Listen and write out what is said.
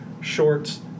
Shorts